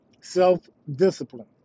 Self-discipline